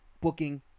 Booking